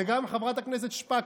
וגם חברת הכנסת שפק,